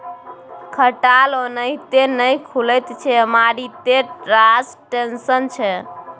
खटाल ओनाहिते नहि खुलैत छै मारिते रास टेंशन छै